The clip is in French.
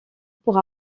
pour